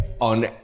on